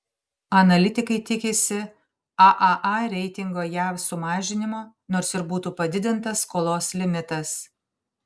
analitikai tiksi aaa reitingo jav sumažinimo nors ir būtų padidintas skolos limitas